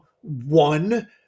one